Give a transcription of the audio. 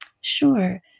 Sure